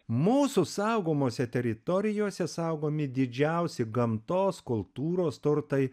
mūsų saugomose teritorijose saugomi didžiausi gamtos kultūros turtai